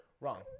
wrong